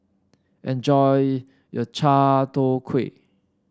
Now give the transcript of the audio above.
enjoy your Chai Tow Kway